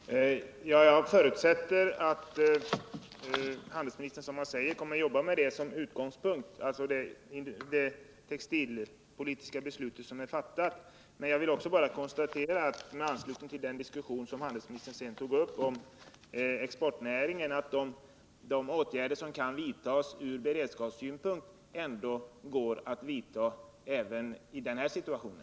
Fru talman! Jag förutsätter att handelsministern, som han säger, kommer att jobba med det fattade textilpolitiska beslutet som utgångspunkt. Men jag vill bara konstatera, i anslutning till den diskussion som handelsministern sedan tog upp om exportnäringen, att de åtgärder som kan vidtas ur beredskapssynpunkt går att vidta även i den här situationen.